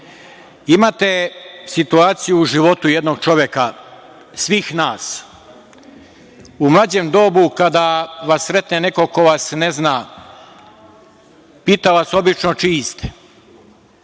situaciju u životu jednog čoveka, svih nas. U mlađem dobu kada vas sretne neko ko vas ne zna, pita vas obično čiji ste.